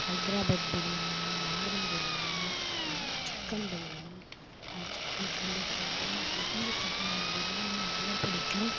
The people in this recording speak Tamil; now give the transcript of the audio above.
Hyderabad biryani normal biryani chicken biryani chicken chilli ப்ரைடுலாம் விரும்பி சாப்பிடுவேன் பிரியாணினா அவ்வளோ பிடிக்கும்